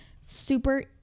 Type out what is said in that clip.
super